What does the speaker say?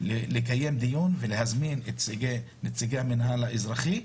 לקיים דיון ולהזמין את נציגי המינהל האזרחי.